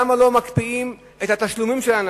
למה לא מקפיאים את התשלומים של האנשים?